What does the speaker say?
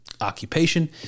Occupation